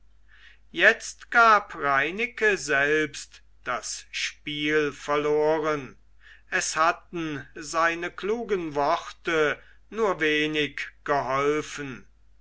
jetzt gab reineke selbst das spiel verloren es hatten seine klugen worte nur wenig geholfen